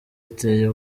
iteye